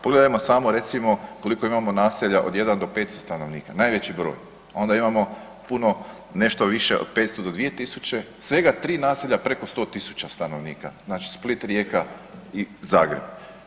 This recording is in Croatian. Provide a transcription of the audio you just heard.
Pogledajmo samo recimo koliko imamo naselja od 1 do 500 stanovnika najveći broj, onda imamo puno nešto više od 500 do 2000, svega tri naselja preko 100.000 stanovnika, znači Split, Rijeka i Zagreb.